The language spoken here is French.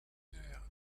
lunaire